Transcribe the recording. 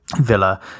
Villa